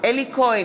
אלי כהן,